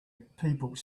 people